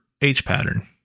H-pattern